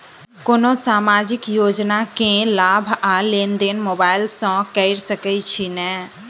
कोनो सामाजिक योजना केँ लाभ आ लेनदेन मोबाइल सँ कैर सकै छिःना?